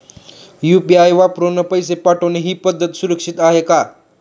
UPI वापरून पैसे पाठवणे ही पद्धत सुरक्षित आहे का?